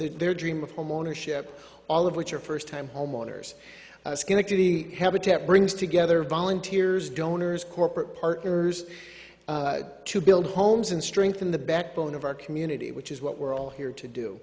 home their dream of homeownership all of which are first time homeowners schenectady habitat brings together volunteers donors corporate partners to build homes and strengthen the backbone of our community which is what we're all here to do